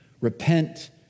Repent